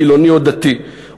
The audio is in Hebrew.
חילוני או דתי,